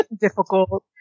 difficult